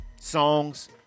songs